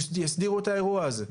יסדירו את האירוע הזה?